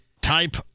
type